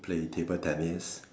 play table tennis